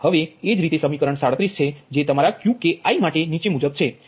હવે એ જ રીતે સમીકરણ છે જે તમારા Qkiમાટે નીચે મુજબ છે